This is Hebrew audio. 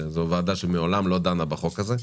שזו ועדה שמעולם לא דנה בחוק הזה.